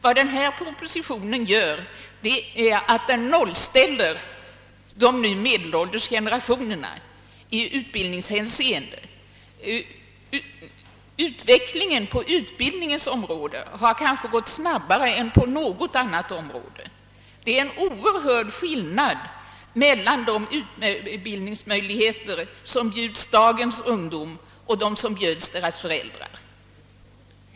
Vad denna proposition gör är att den nollställer de nu medelålders generationerna. Utvecklingen har kanske gått snabbare på utbildningens område än på något annat. Det är en oerhörd skillnad mellan de utbildningsmöjlighe ter som bjuds dagens ungdomar och de som bjöds deras föräldrar.